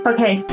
Okay